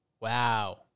wow